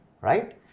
right